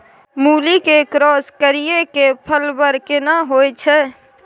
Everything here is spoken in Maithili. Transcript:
मूली के क्रॉस करिये के फल बर केना होय छै?